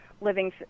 living